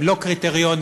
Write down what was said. קריטריונים,